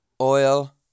oil